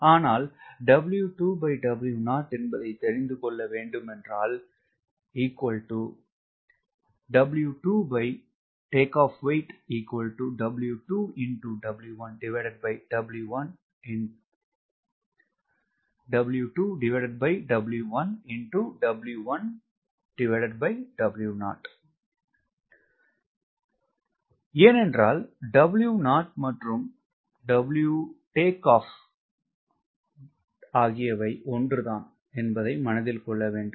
ஆனால் என்பதை தெரிந்து கொள்ள வேண்டும் என்றால் ஏனென்றால் W0 மற்றும் WT0 ஆகியவை ஒன்று தான் என்பதை மனதில் கொள்ள வேண்டும்